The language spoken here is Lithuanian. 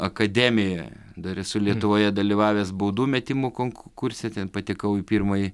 akademijoje dar esu lietuvoje dalyvavęs baudų metimų konkurse ten patekau į pirmąjį